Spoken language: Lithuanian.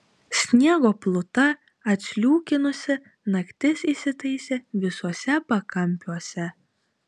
sniego pluta atsliūkinusi naktis įsitaisė visuose pakampiuose